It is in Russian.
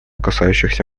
касающихся